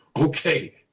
okay